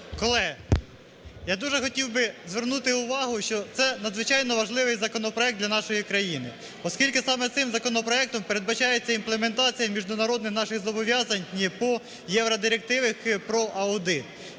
Колеги, я дуже хотів би звернути увагу, що це надзвичайно важливий законопроект для нашої країни, оскільки саме цим законопроектом передбачається імплементація міжнародних наших зобов'язань по євродирективах про аудит.